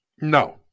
No